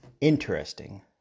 interesting